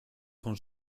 quand